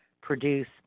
produce